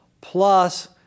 plus